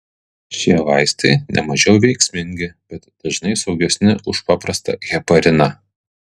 šie vaistai nemažiau veiksmingi bet dažnai saugesni už paprastą hepariną